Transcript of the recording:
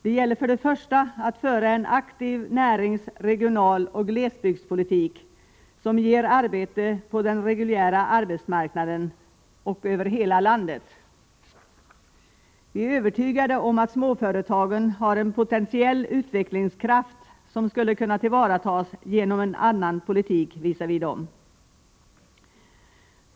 Det gäller för det första att föra en aktiv närings-, regionaloch glesbygdspolitik som ger arbete på den reguljära arbetsmarknaden — och över hela landet. Vi är övertygade om att småföretagen har en potentiell utvecklingskraft som skulle kunna tillvaratas genom en annan politik visavi dem.